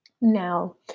now